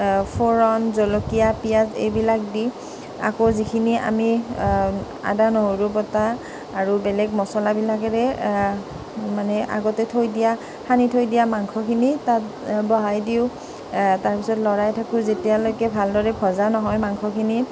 ফুৰণ জলকীয়া পিয়াঁজ এইবিলাক দি আকৌ যিখিনি আমি আদা নহৰু বটা আৰু বেলেগ মছলাবিলাকেৰে মানে আগতে থৈ দিয়া সানি থৈ দিয়া মাংসখিনি তাত বহাই দিওঁ তাৰ পিছত লৰাই থাকোঁ যেতিয়ালৈকে ভালদৰে ভজা নহয় মাংসখিনি